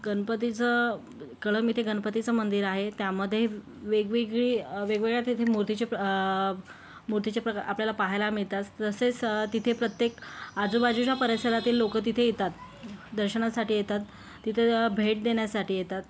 गणपतीचं कळंब इथे गणपतीचं मंदिर आहे त्यामध्ये वेगवेगळी वेगवेगळ्या तिथे मूर्तीचे मूर्तीचे प्रक आपल्याला पाहायला मिळतात तसेच तिथे प्रत्येक आजूबाजूच्या परिसरातील लोक तिथे येतात दर्शनासाठी येतात तिथे भेट देण्यासाठी येतात